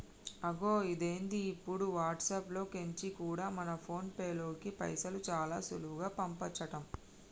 అగొ ఇదేంది ఇప్పుడు వాట్సాప్ లో కెంచి కూడా మన ఫోన్ పేలోకి పైసలు చాలా సులువుగా పంపచంట